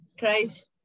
tries